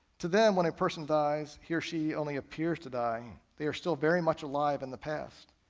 to them, when a person dies, he or she only appears to die. they are still very much alive in the past.